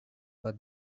for